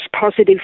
positive